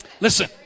Listen